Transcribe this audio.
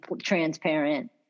transparent